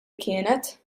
kienet